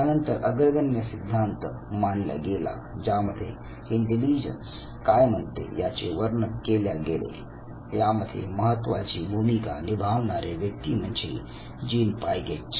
त्यानंतर अग्रगण्य सिद्धांत मांडला गेला ज्यामध्ये इंटेलिजन्स काय म्हणते याचे वर्णन केल्या गेले यामध्ये महत्त्वाची भूमिका निभावणारे व्यक्ती म्हणजे जीन पायगेट